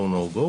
go no go,